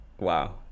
wow